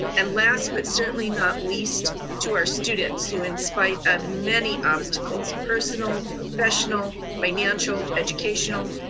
and last, but certainly not least, to our students who in spite of many obstacles, personal, professional, financial, educational,